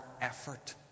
effort